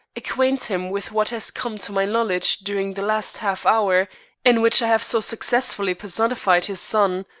acquaint him with what has come to my knowledge during the last half hour in which i have so successfully personified his son,